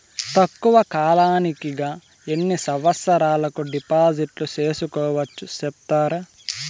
తక్కువ కాలానికి గా ఎన్ని సంవత్సరాల కు డిపాజిట్లు సేసుకోవచ్చు సెప్తారా